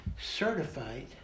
certified